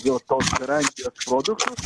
jo tos garantijos produktų